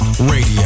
Radio